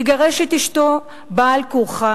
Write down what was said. לגרש את אשתו בעל-כורחה,